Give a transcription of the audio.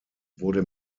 wurde